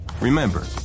Remember